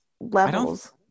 levels